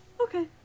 Okay